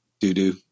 Do-do